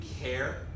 care